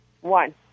one